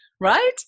Right